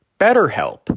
BetterHelp